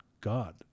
God